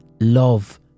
love